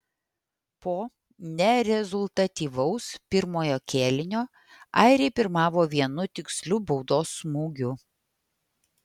po nerezultatyvaus pirmojo kėlinio airiai pirmavo vienu tiksliu baudos smūgiu